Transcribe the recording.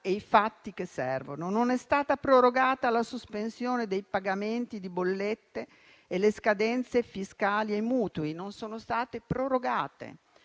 e i fatti che servono. Non sono stati prorogati la sospensione dei pagamenti di bollette, le scadenze fiscali e i mutui. Non sono stati prorogati,